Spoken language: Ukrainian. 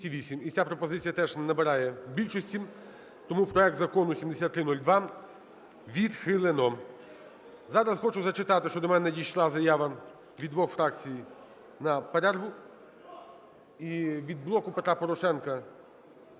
І ця пропозиція теж не набирає більшості, тому проект Закону 7302 відхилено. Зараз хочу зачитати, що до мене надійшла заява від двох фракцій на перерву, і… від "Блоку Петра Порошенка"